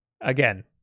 again